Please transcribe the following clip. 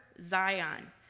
Zion